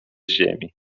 ziemi